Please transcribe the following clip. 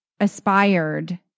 aspired